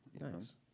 Nice